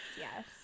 Yes